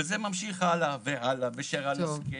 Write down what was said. וזה ממשיך הלאה והלאה, וגם שרן השכל.